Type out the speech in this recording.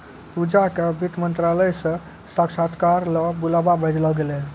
पूजा क वित्त मंत्रालय स साक्षात्कार ल बुलावा भेजलो गेलै